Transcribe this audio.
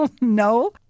no